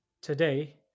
today